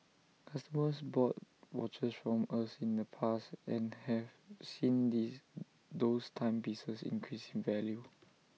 customers bought watches from us in the past and have seen these those timepieces increase in value